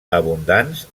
abundants